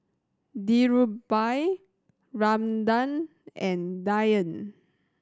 Dhirubhai Ramanand and Dhyan